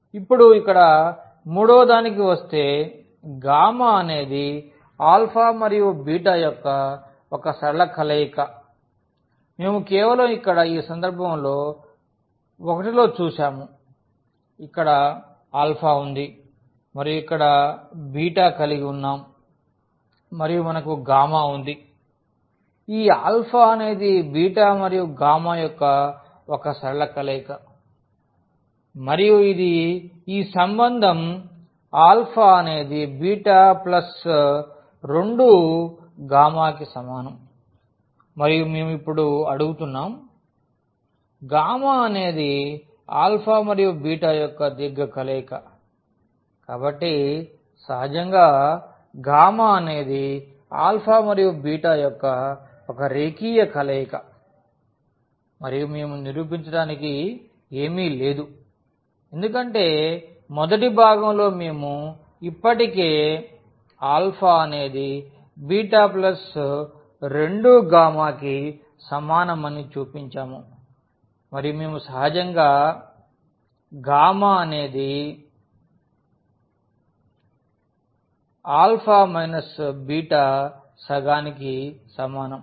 ఇప్పుడు ఇక్కడ మూడవ దానికి వస్తే అనేది β యొక్క ఒక సరళ కలయిక మేము కేవలం ఇక్కడ ఈ సందర్భంలో 1 లో చూసాము ఇక్కడ వుంది మరియు ఇక్కడ మనం కలిగి వున్నాం మరియు మనకు వుంది ఈ అనేది మరియు యొక్క ఒక సరళ కలయిక మరియు ఇది ఈ సంబంధం అనేది ప్లస్ 2 కి సమానం మరియు ఇప్పుడు మేము అడుగుతున్నాం అనేది మరియు యొక్క దీర్ఘ కలయిక కాబట్టి సహజంగా గామా అనేది మరియు యొక్క ఒక రేఖీయ కలయిక మరియు మేము నిరూపించటానికి ఏమి లేదు ఎందుకంటే మొదటి భాగంలో మేము ఇప్పటికే అనేది ప్లస్ 2 కి సమానమని చూపించాము మరియు మేము సహజంగా అనేది మైనస్ సగానికి సమానం